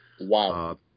wow